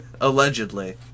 allegedly